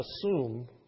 assume